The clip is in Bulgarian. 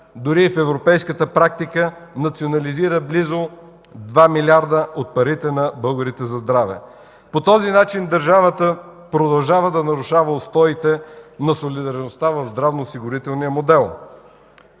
дори и в европейската практика национализира близо 2 милиарда от парите на българите за здраве. По този начин държавата продължава да нарушава устоите на солидарността в здравноосигурителния модел.